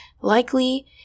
likely